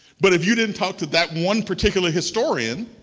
but if you didn't talk to that one particular historian,